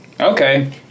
Okay